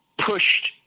pushed